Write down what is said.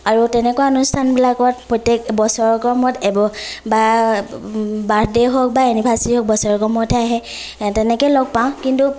আৰু তেনেকুৱা অনুষ্ঠানবিলাকত প্ৰত্য়েক বছৰেকৰ মূৰত এব বা বাৰ্থডে হওক বা এনিভাৰ্চেৰি হওক বছৰেকৰ মূৰতহে আহে তেনেকৈ লগ পাওঁ কিন্তু